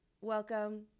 Welcome